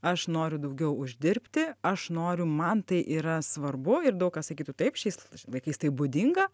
aš noriu daugiau uždirbti aš noriu man tai yra svarbu ir daug kas sakytų taip šiais laikais tai būdinga